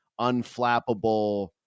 unflappable